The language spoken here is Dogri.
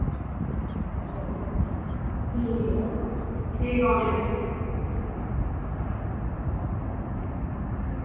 ओह् ते ऐ ठीक ऐ ठीक ऐ औयां फ्ही